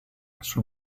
sul